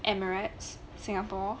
Emirates singapore